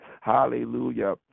Hallelujah